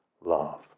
love